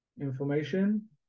information